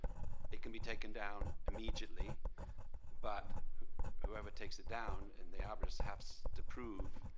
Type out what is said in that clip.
it can be taken down immediately but whoever takes it down and the arbourist has to prove